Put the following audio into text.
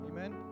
Amen